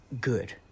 good